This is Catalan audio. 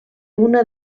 una